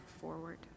forward